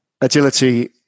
Agility